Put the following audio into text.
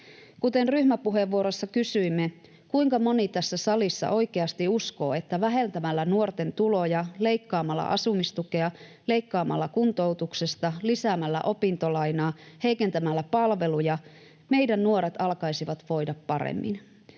Kuten ryhmäpuheenvuorossa kysyimme: kuinka moni tässä salissa oikeasti uskoo, että vähentämällä nuorten tuloja, leikkaamalla asumistukea, leikkaamalla kuntoutuksesta, lisäämällä opintolainaa ja heikentämällä palveluita meidän nuoremme alkaisivat voida paremmin?